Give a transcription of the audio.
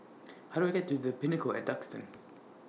How Do I get to The Pinnacle At Duxton